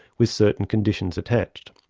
with certain conditions attached.